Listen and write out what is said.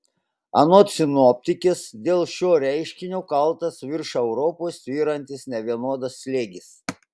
anot sinoptikės dėl šio reiškinio kaltas virš europos tvyrantis nevienodas slėgis